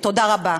תודה רבה.